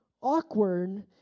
awkward